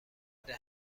نکته